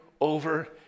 over